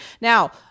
now